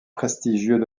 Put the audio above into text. prestigieux